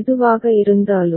எதுவாக இருந்தாலும்